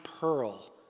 pearl